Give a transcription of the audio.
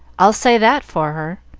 i'll say that for her.